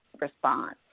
response